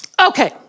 Okay